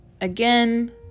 again